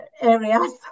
areas